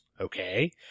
Okay